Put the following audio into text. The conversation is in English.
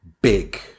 big